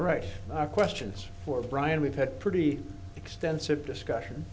right our questions for brian we've had pretty extensive discussion